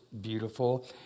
beautiful